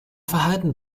verhalten